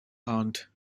aunt